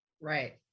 Right